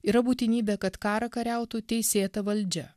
yra būtinybė kad karą kariautų teisėta valdžia